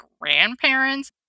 grandparents